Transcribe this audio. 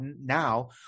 now